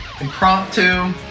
impromptu